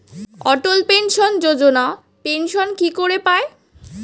অটল pension Yojana pension কি করে পায়?